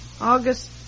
August